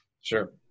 Sure